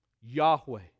Yahweh